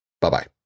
Bye-bye